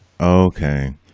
Okay